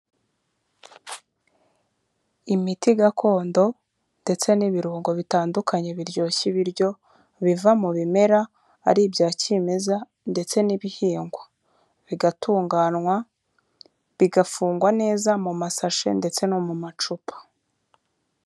Imiti gakondo ndetse n'ibirungo bitandukanye biryoshye ibiryo, biva mu bimera ari ibya kimeza ndetse n'ibihingwa, bigatunganywa, bigafungwa neza mu masashe ndetse no mu macupa.